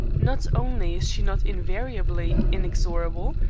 not only is she not invariably inexorable,